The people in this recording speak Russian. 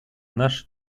наша